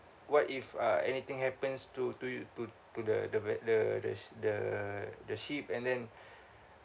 what if uh anything happens to to you to to the the the the the the ship and then